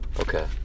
Okay